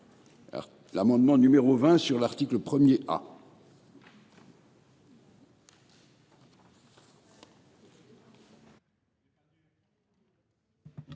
L'amendement numéro 20 sur l'article 1er,